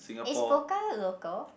is Pokka local